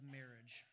marriage